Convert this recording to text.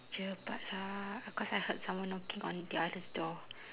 cepat lah cause I heard someone knocking on the others door